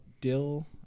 Dill